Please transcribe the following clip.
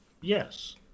yes